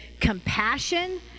compassion